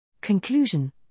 Conclusion